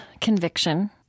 conviction